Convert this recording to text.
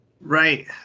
Right